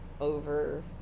over